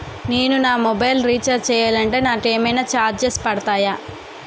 నేను నా mobile recharge చేయాలంటే నాకు ఏమైనా చార్జెస్ పడతాయా?